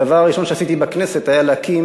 הדבר הראשון שעשיתי בכנסת היה להקים